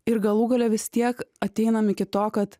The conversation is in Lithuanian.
ir galų gale vis tiek ateinam iki to kad